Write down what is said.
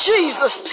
Jesus